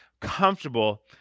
comfortable